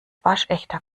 waschechter